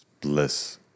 bless